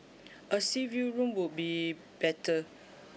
a sea view room would be better